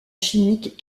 chimiques